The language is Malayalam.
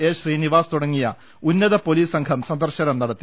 എ ശ്രീനിവാസ് തുടങ്ങിയ ഉന്നത പോലീസ് സംഘം സന്ദർശനം നടത്തി